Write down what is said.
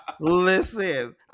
Listen